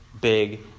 big